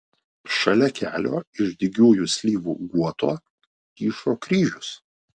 šalia kelio iš dygiųjų slyvų guoto kyšo kryžius